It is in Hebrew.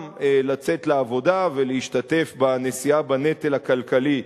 גם לצאת לעבודה ולהשתתף בנשיאה בנטל הכלכלי,